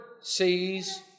sees